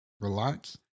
relax